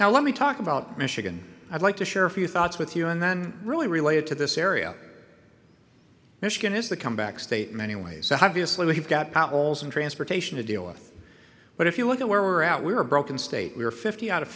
now let me talk about michigan i'd like to share a few thoughts with you and then really related to this area michigan is the comeback state many ways so obviously we've got powells and transportation to deal with but if you look at where we're out we're broken state we're fifty out of